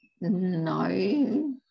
No